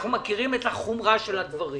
אנחנו מכירים את חומרת הדברים